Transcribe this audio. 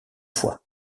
fois